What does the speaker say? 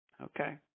Okay